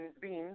beans